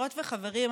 חברות וחברים,